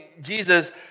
Jesus